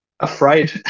afraid